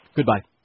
Goodbye